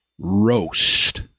roast